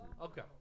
Okay